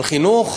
על חינוך?